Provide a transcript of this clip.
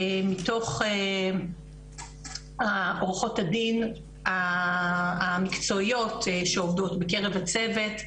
מתוך עורכות הדין המקצועיות שעובדות בקרב הצוות,